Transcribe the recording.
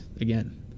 again